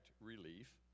Relief